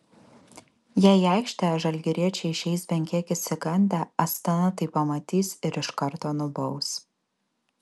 jei į aikštę žalgiriečiai išeis bent kiek išsigandę astana tai pamatys ir iš karto nubaus